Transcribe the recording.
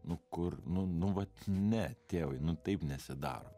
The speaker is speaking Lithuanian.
nu kur nu nu vat ne tėvai nu taip nesidaro